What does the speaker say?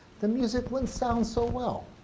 the music wouldn't sound so well.